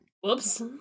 Whoops